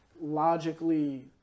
logically